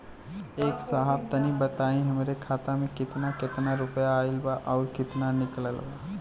ए साहब तनि बताई हमरे खाता मे कितना केतना रुपया आईल बा अउर कितना निकलल बा?